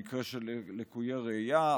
למקרה של לקויי ראייה,